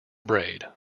braid